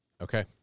Okay